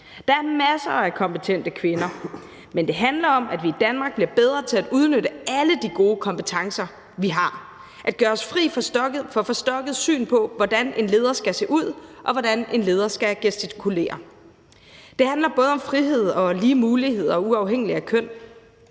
Der er masser af kompetente kvinder. Men det handler om, at vi i Danmark bliver bedre til at udnytte alle de gode kompetencer, vi har; at gøre os fri af et forstokket syn på, hvordan en leder skal se ud, og hvordan en leder skal gestikulere. Det handler både om frihed og lige muligheder uafhængigt af køn,